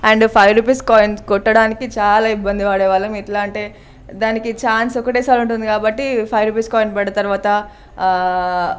and five rupees coins కొట్టడానికి చాలా ఇబ్బంది పడేవాళ్ళం ఎట్లా అంటే దానికి ఛాన్స్ ఒకటేసారి ఉంటుంది కాబట్టి ఫైవ్ రూపీస్ కాయిన్ పడ్డ తర్వాత